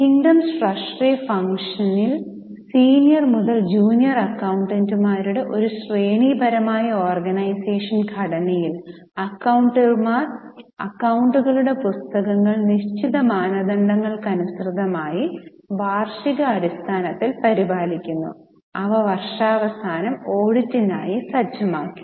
kingdoms treasury ഫംഗ്ഷനിൽ senior മുതൽ junior അക്കൌണ്ടന്റുമാരുടെ ഒരു ശ്രേണിപരമായ ഓർഗനൈസേഷൻ ഘടനയിൽ അക്കൌണ്ടന്റുമാർ അക്കൌണ്ടുകളുടെ പുസ്തകങ്ങൾ നിശ്ചിത മാനദണ്ഡങ്ങൾക്കനുസൃതമായി വാർഷിക അടിസ്ഥാനത്തിൽ പരിപാലിക്കുന്നു അവ വർഷാവസാനം ഓഡിറ്റിനായി സജ്ജമാക്കി